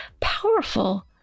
powerful